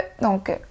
donc